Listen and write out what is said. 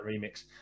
remix